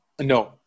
No